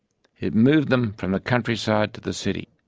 it moved them from the countryside to the city.